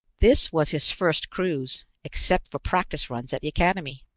this was his first cruise, except for practice runs at the academy!